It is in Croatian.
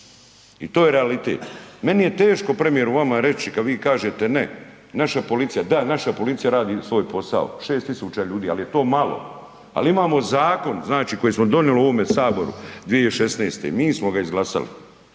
I to je realitet. Meni je teško premijeru vama reći kada vi kažete ne, naša policija, da naša policija radi svoj posao, 6 tisuća ljudi ali je to malo ali imamo zakon, znači koji smo donijeli u ovome Saboru 206., mi smo ga izglasali